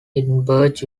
edinburgh